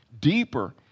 deeper